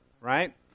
right